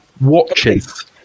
Watches